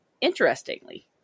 interestingly